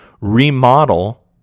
remodel